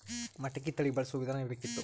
ಮಟಕಿ ತಳಿ ಬಳಸುವ ವಿಧಾನ ಬೇಕಿತ್ತು?